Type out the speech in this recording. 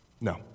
No